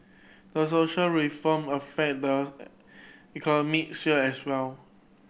a social reform affect the economy sphere as well